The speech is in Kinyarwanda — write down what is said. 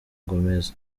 gomez